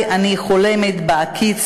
אנחנו מתפארים בנופים המיוחדים שלה,